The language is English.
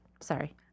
Sorry